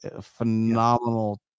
Phenomenal